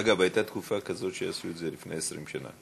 אגב, הייתה תקופה כזאת שעשו את זה, לפני 20 שנה.